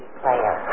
player